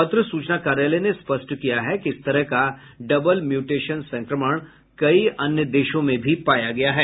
पत्र सूचना कार्यालय ने स्पष्ट किया कि इस तरह का डबल म्यूटेशन संक्रमण कई अन्य देशों में भी पाया गया है